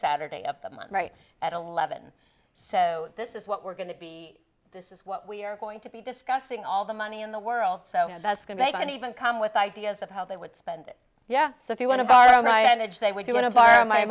saturday of the month right at eleven so this is what we're going to be this is what we are going to be discussing all the money in the world so that's going to have an even come with ideas of how they would spend it yeah so if you want to borrow my adage they would you want to borrow my money